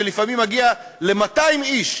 והתור לפעמים מגיע ל-200 איש,